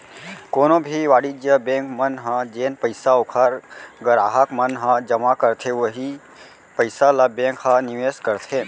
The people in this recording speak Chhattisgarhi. कोनो भी वाणिज्य बेंक मन ह जेन पइसा ओखर गराहक मन ह जमा करथे उहीं पइसा ल बेंक ह निवेस करथे